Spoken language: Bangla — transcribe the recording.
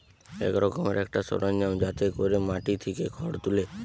এক রকমের একটা সরঞ্জাম যাতে কোরে মাটি থিকে খড় তুলে